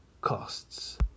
Costs